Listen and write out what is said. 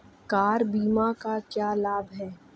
Car बीमा का क्या लाभ है?